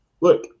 Look